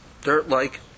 dirt-like